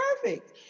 perfect